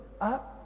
up